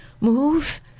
Move